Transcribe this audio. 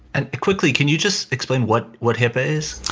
and quickly, can you just explain what what hip is?